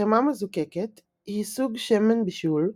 חמאה מזוקקת היא סוג שמן בישול,